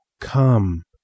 come